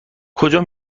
کجا